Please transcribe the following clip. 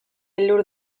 elur